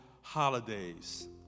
HOLIDAYS